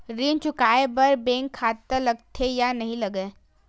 ऋण चुकाए बार बैंक खाता लगथे या नहीं लगाए?